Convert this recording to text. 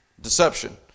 deception